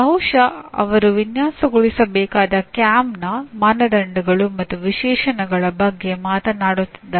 ಬಹುಶಃ ಅವರು ವಿನ್ಯಾಸಗೊಳಿಸಬೇಕಾದ ಕ್ಯಾಮ್ನ ಮಾನದಂಡಗಳು ಮತ್ತು ವಿಶೇಷಣಗಳ ಬಗ್ಗೆ ಮಾತನಾಡುತ್ತಿದ್ದಾರೆ